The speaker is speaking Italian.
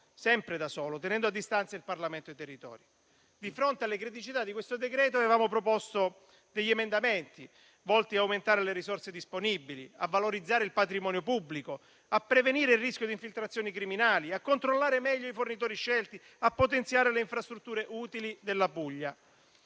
sempre da solo, tenendo a distanza il Parlamento e i territori. Di fronte alle criticità di questo decreto avevamo proposto degli emendamenti volti ad aumentare le risorse disponibili, a valorizzare il patrimonio pubblico, a prevenire il rischio di infiltrazioni criminali, a controllare meglio i fornitori scelti, a potenziare le infrastrutture utili della Puglia.